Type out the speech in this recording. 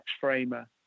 framer